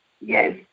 Yes